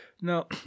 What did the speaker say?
Now